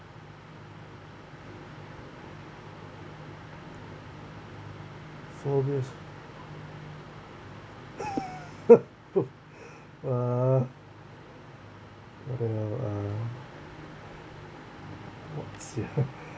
phobias uh okay I'll uh what's ya